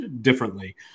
differently